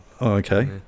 okay